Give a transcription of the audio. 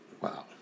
Wow